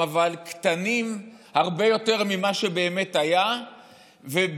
אבל קטנים הרבה יותר ממה שבאמת היה ובמאות